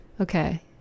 okay